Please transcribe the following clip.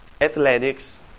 athletics